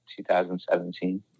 2017